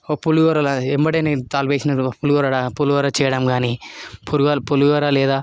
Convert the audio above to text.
ఓ పులిహోరలా వెంబటే నేను తాలింపు వేసి ఓ పులిహోరలా పులిహోర చేయడం కాని పులిహోర పులిహోర లేదా